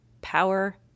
power